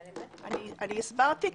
אני הסברתי.